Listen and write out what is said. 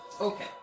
Okay